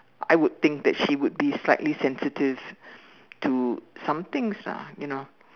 I would think that she would be slightly sensitive to some things lah you know